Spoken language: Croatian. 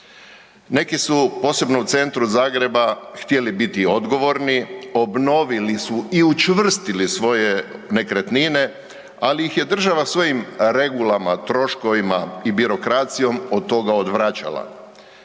Neki su posebno u centru Zagreba htjeli biti odgovorni, obnovili su i učvrstili svoje nekretnine, ali ih je država svojih regulama, troškovima i birokracijom od toga odvraćala.